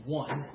one